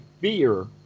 fear